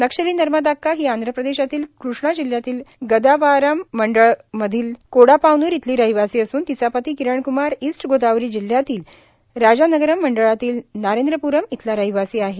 नक्षली नर्मदाक्का हि आंध प्रदेशातील कृष्णा जिल्ह्यातील गदावाराम मंडळ मधील कोडापावन्र इथली रहिवासी असून तिचा पती किरण क्मार इस्ट गोदावरी जिल्ह्यातील राजानगरम मंडळातील नारेन्द्रप्रम इथला रहिवासी आहे